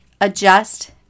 adjust